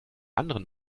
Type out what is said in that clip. anderen